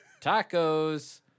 tacos